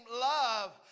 love